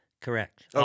Correct